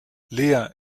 lea